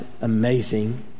amazing